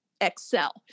excel